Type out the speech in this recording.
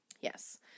Yes